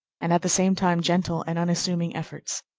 and at the same time, gentle and unassuming efforts.